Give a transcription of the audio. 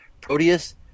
Proteus